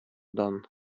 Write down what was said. dan